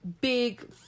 big